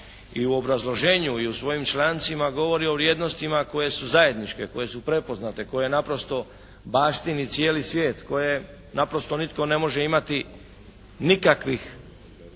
i u obrazloženju i u svojim člancima govori o vrijednostima koje su zajedničke, koje su prepoznate, koje naprosto baštini cijeli svijet, koje naprosto nitko ne može imati nikakvih